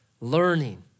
learning